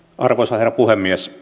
arvoisa herra puhemies